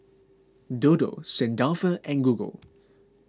Dodo Saint Dalfour and Google